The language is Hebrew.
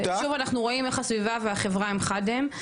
ושוב אנחנו רואים איך החברה והסביבה חד הם.